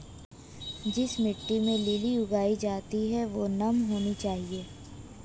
जिस मिट्टी में लिली उगाई जाती है वह नम होनी चाहिए